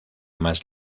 más